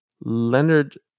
Leonard